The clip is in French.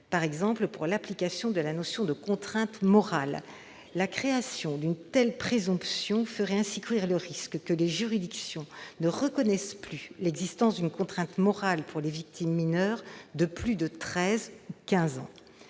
par exemple, pour l'application de la notion de contrainte morale. La création d'une telle présomption ferait ainsi courir le risque que les juridictions ne reconnaissent plus l'existence d'une contrainte morale pour les victimes mineures de plus de treize ou